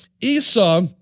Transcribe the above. Esau